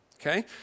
Okay